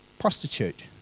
prostitute